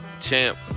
champ